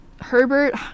Herbert